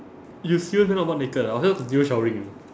you still went out butt naked ah I will just continue showering